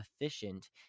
efficient